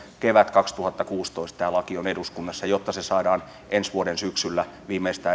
kaksituhattakuusitoista tämä laki on eduskunnassa jotta se saadaan ensi vuoden syksyllä viimeistään